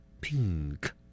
pink